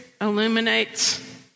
illuminates